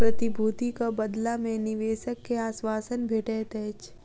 प्रतिभूतिक बदला मे निवेशक के आश्वासन भेटैत अछि